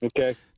Okay